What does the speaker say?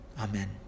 Amen